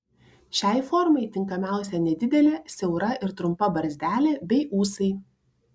šiai formai tinkamiausia nedidelė siaura ir trumpa barzdelė bei ūsai